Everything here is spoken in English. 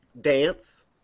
Dance